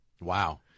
Wow